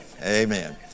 amen